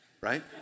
right